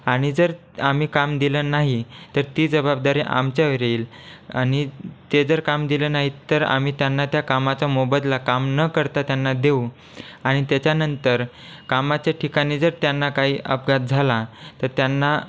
आणि जर आम्ही काम दिलं नाही तर ती जबाबदारी आमच्यावर येईल आणि ते जर काम दिलं नाही तर आम्ही त्यांना त्या कामाचा मोबदला काम न करता त्यांना देऊ आणि त्याच्यानंतर कामाच्या ठिकाणी जर त्यांना काही अपघात झाला तर त्यांना